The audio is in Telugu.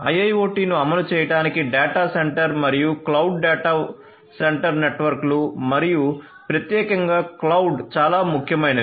IIoT ను అమలు చేయడానికి డేటా సెంటర్ మరియు క్లౌడ్ డేటా సెంటర్ నెట్వర్క్లు మరింత ప్రత్యేకంగా క్లౌడ్ చాలా ముఖ్యమైనవి